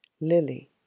Lily